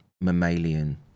mammalian